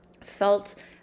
felt